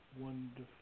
Wonderful